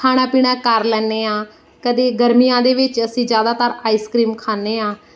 ਖਾਣਾ ਪੀਣਾ ਕਰ ਲੈਂਦੇ ਹਾਂ ਕਦੇ ਗਰਮੀਆਂ ਦੇ ਵਿੱਚ ਅਸੀਂ ਜ਼ਿਆਦਾਤਰ ਆਈਸਕ੍ਰੀਮ ਖਾਂਦੇ ਹਾਂ